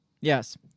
Yes